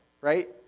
right